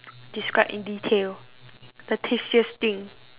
describe in detail the tastiest thing